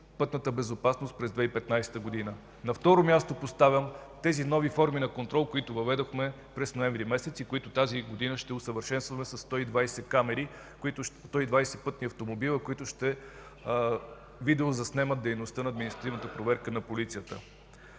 пътната безопасност през 2015 г. На второ място поставям новите форми на контрол, които въведохме през месец ноември и които тази година ще усъвършенстваме със 120 камери – 120 пътни автомобила, които ще видеозаснемат дейността на административната проверка на полицията.